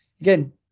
again